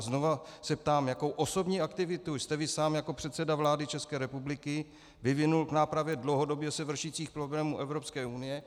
Znova se ptám: Jakou osobní aktivitu jste vy sám jako předseda vlády České republiky vyvinul k nápravě dlouhodobě se vršících problémů Evropské unie?